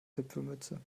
zipfelmütze